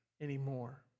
anymore